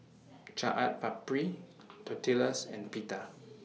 Chaat Papri Tortillas and Pita